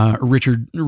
Richard